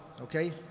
okay